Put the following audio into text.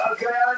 Okay